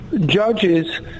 judges